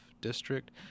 district